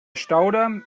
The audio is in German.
staudamm